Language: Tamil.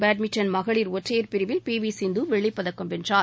பேட்மிண்டன் மகளிர் ஒற்றையர் பிரிவில் பி வி சிந்து வெள்ளிப்பதக்கம் வென்றார்